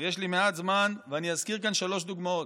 ויש לי מעט זמן, אני אזכיר כאן שלוש דוגמאות: